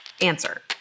Answer